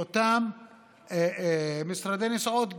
לאותם משרדי נסיעות,